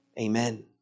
Amen